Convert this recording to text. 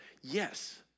Yes